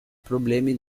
problemi